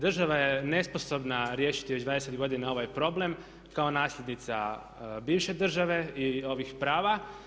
Država je nesposobna riješiti već 20 godina ovaj problem kao nasljednica bivše države i ovih prava.